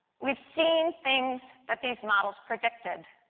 we have seen things that these models predicted.